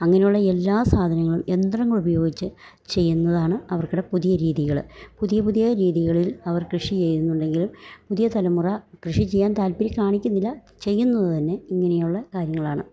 അങ്ങനെയുള്ള എല്ലാ സാധനങ്ങളും യന്ത്രങ്ങളുപയോഗിച്ച് ചെയ്യുന്നതാണ് അവർക്കടെ പുതിയ രീതികള് പുതിയ പുതിയ രീതികളിൽ അവർ കൃഷി ചെയ്യുന്നുണ്ടെങ്കിലും പുതിയ തലമുറ കൃഷി ചെയ്യാൻ താല്പര്യം കാണിക്കുന്നില്ല ചെയ്യുന്നത് തന്നെ ഇങ്ങനെയുള്ള കാര്യങ്ങളാണ്